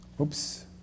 Oops